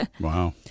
Wow